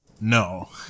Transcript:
No